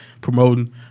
promoting